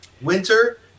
winter